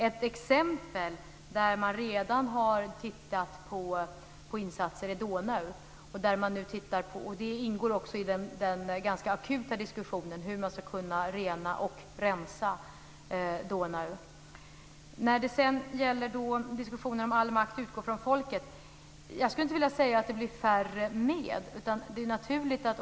Ett exempel, där man redan har tittat på insatser, är Donau. Det ingår också i den ganska akuta diskussionen om hur man ska kunna rena och rensa Donau. När det sedan gäller diskussionen om all makt utgår från folket skulle jag inte vilja säga att färre är med i den demokratiska processen.